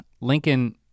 Lincoln